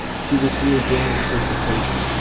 she withdrew again into her seclusion,